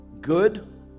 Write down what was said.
Good